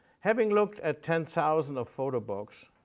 having looked at ten thousand photo books,